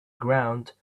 ground